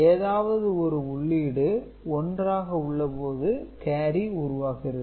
ஏதாவது ஒரு உள்ளீடு1 ஆக உள்ளபோது கேரி உருவாகிறது